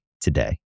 today